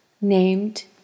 named